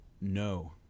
No